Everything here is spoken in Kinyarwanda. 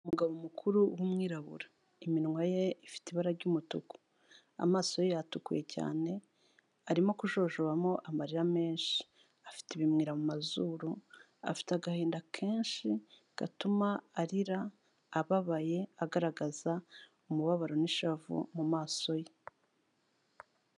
Umugabo mukuru w'umwirabura iminwa ye ifite ibara ry'umutuku, amaso ye yatuku cyane arimo kujojobamo amarira menshi, afite ibimwira mu mazuru, afite agahinda kenshi gatuma arira ababaye agaragaza umubabaro n'ishavu mu maso ye.